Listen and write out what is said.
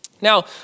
Now